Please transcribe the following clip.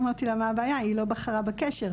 אמרתי לה מה הבעיה היא לא בחרה בקשר.